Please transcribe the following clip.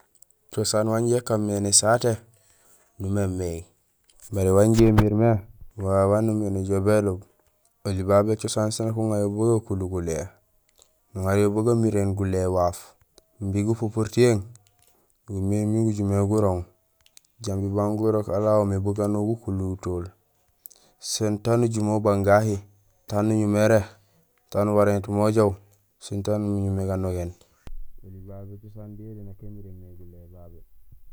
Cosaan wanja ékaan mé nésaté numémééŋ. Baré wanjé imiir mé, wo wawé wa néémé néjoow béloob. Oli babé cosaan sén nak uŋayo bu gakulu gulé, nuŋayo bu gamiréén gulé waaf, imbi gupupuur tiyééŋ gumiir miin gujumé gurooŋ jambi bugaan gurok aléhahu umé buganol gukulutool. Sén taan ujumé ubang gahi, taan uñumé éré, taan uwarénut mé ujoow sén taan uñumé ganogéén